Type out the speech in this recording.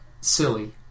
silly